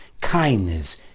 kindness